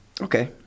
Okay